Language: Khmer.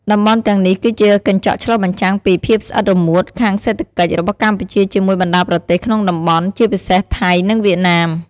តំបន់ទាំងនេះគឺជាកញ្ចក់ឆ្លុះបញ្ចាំងពី ភាពស្អិតរមួតខាងសេដ្ឋកិច្ច របស់កម្ពុជាជាមួយបណ្តាប្រទេសក្នុងតំបន់ ជាពិសេសថៃ និងវៀតណាម។